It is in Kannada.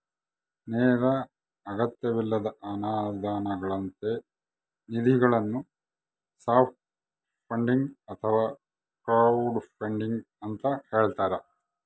ನೇರ ಅಗತ್ಯವಿಲ್ಲದ ಅನುದಾನಗಳಂತ ನಿಧಿಗಳನ್ನು ಸಾಫ್ಟ್ ಫಂಡಿಂಗ್ ಅಥವಾ ಕ್ರೌಡ್ಫಂಡಿಂಗ ಅಂತ ಹೇಳ್ತಾರ